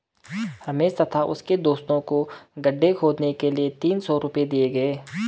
रमेश तथा उसके दोस्तों को गड्ढे खोदने के लिए तीन सौ रूपये दिए गए